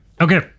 Okay